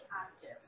active